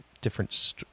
different